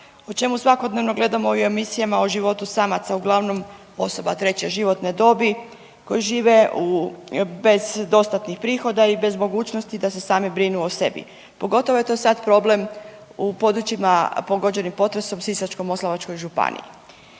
o čemu svakodnevno gledamo i u emisijama o životu samaca uglavnom osoba treće životne dobi koji žive bez dostatnih prihoda i bez mogućnosti da se sami brinu o sebi, pogotovo je to sad problem u područjima pogođenih potresom u Sisačko-moslavačkoj županiji.